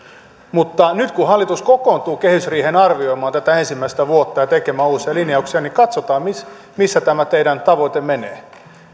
mutta nyt kun hallitus kokoontuu kehysriiheen arvioimaan tätä ensimmäistä vuotta ja tekemään uusia linjauksia niin katsotaan missä tämä teidän tavoitteenne menee